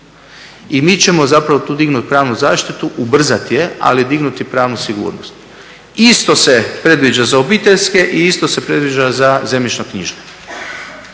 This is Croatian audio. I mi ćemo zapravo tu dignut pravnu zaštitu, ubrzat je, ali dignuti pravnu sigurnost. Isto se predviđa za obiteljske i isto se predviđa za zemljišnoknjižne.